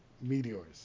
meteors